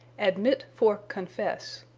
admit for confess.